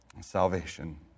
salvation